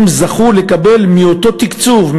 הם זכו לקבל מאותו תקצוב,